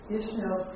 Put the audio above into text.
additional